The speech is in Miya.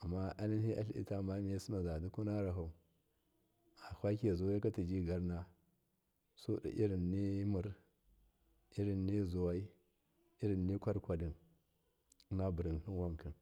amma ana tin atladitama mammie yesinaza fakwakiya zuwaika tijigarna sudi irin ni mur inrin zuwai irinni kwar kwadi inna burin tlim.